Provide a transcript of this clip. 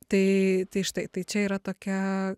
tai tai štai tai čia yra tokia